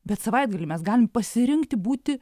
bet savaitgalį mes galim pasirinkti būti